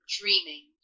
Dreaming